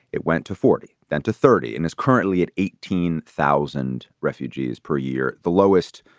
it went to forty, then to thirty, and is currently at eighteen thousand refugees per year, the lowest,